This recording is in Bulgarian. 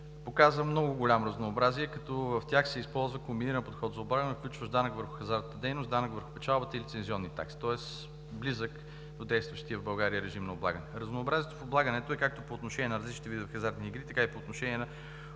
показа много голямо разнообразие, като в тях се използва комбиниран подход за облагане, включващ данък върху хазартната дейност, данък върху печалбата и лицензионни такси, тоест близък до действия в България режим на облагане. Разнообразието в облагането е както по отношение на различните видове хазартни игри, така и по отношение на